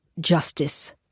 justice